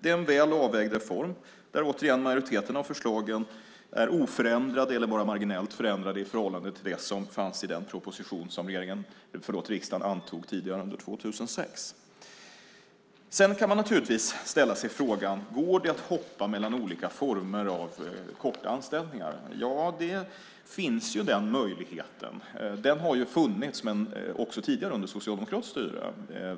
Det är en väl avvägd reform där - återigen - majoriteten av förslagen är oförändrade eller endast marginellt förändrade i förhållande till det som fanns i den proposition som riksdagen antog tidigare under 2006. Sedan kan man naturligtvis ställa sig frågan om det går att hoppa mellan olika former av korta anställningar. Ja, den möjligheten finns. Den har funnits också under socialdemokratiskt styre.